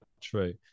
true